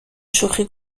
شوخی